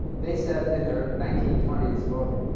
they said in their nineteen twenty s book,